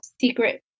secret